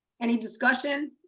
any discussion?